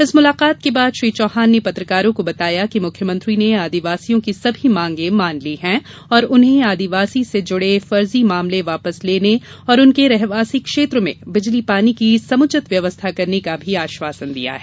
इस मुलाकात के बाद श्री चौहान ने पत्रकारों को बताया कि मुख्यमंत्री ने आदिवासियों की सभी मांगें मान ली हैं और उन्हें आदिवासी से जुड़े फर्जी मामले वापस लेने और उनके रहवासी क्षेत्र में बिजली पानी की समुचित व्यवस्था करने का भी आश्वासन दिया है